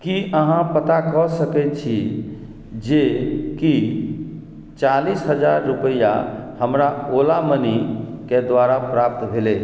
की अहाँ पता कऽ सकैत छी जे कि चालिस हजार रुपैआ हमर ओला मनीके द्वारा प्राप्त भेलै